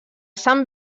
sant